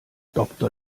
doktor